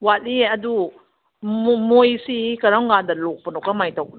ꯋꯥꯠꯂꯤꯌꯦ ꯑꯗꯨ ꯃꯣꯏꯁꯤ ꯀꯔꯝꯀꯥꯟꯗ ꯂꯣꯛꯄꯅꯣ ꯀꯃꯥꯏꯅ ꯇꯧꯕꯅꯣ